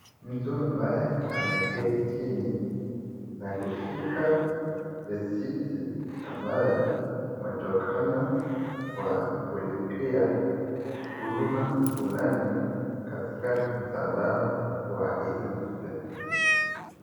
Mtu ambaye ameketi chini na kushika risiti ambaye imetokana kwa kulipia huduma fulani katika mtandao wa E-citizen.